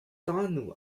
donu